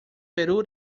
perú